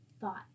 thought